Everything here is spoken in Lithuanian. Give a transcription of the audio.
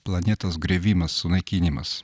planetos griovimas sunaikinimas